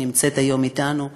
שנמצאת היום אתנו,